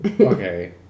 Okay